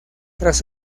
tras